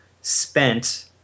spent –